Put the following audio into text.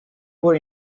were